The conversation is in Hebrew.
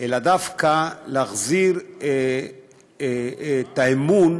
אלא דווקא להחזיר את האמון